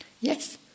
Yes